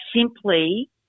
simply